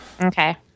Okay